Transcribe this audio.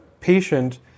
patient